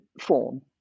form